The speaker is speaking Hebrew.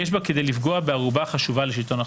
יש בה כדי לפגוע בערובה חשובה לשלטון החוק.